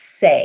say